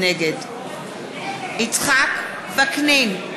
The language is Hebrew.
נגד יצחק וקנין,